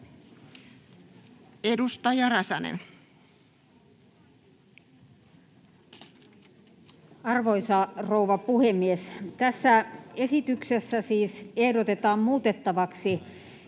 15:13 Content: Arvoisa rouva puhemies! Tässä esityksessä siis ehdotetaan muutettavaksi